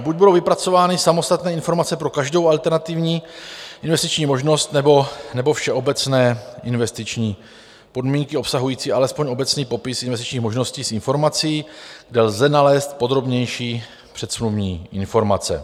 Buď budou vypracovány samostatné informace pro každou alternativní investiční možnost, nebo všeobecné investiční podmínky obsahující alespoň obecný popis investičních možností s informací, kde lze nalézt podrobnější předsmluvní informace.